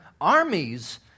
armies